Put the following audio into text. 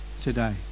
Today